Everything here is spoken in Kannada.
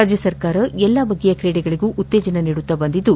ರಾಜ್ಯ ಸರ್ಕಾರ ಎಲ್ಲ ಬಗೆಯ ಕ್ರೀಡೆಗಳಗೂ ಉತ್ತೇಜನ ನೀಡುತ್ತಾ ಬಂದಿದ್ದು